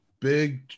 big